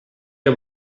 you